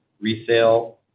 resale